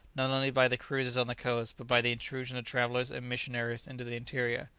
not only by the cruisers on the coast, but by the intrusion of travellers and missionaries into the interior.